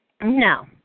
No